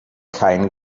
kein